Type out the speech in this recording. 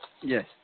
Yes